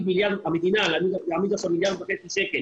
המדינה תעמיד עכשיו מיליארד וחצי שקלים